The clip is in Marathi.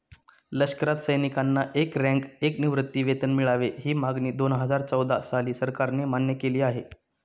लष्करात सैनिकांना एक रँक, एक निवृत्तीवेतन मिळावे, ही मागणी दोनहजार चौदा साली सरकारने मान्य केली आहे